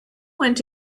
went